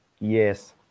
yes